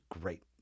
great